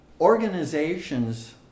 Organizations